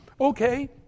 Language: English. okay